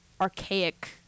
archaic